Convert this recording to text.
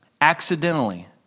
accidentally